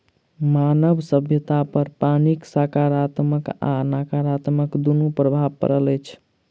मानव सभ्यतापर पानिक साकारात्मक आ नाकारात्मक दुनू प्रभाव पड़ल अछि